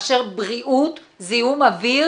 מאשר בריאות, זיהום אוויר